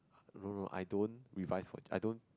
no no I don't revise for I don't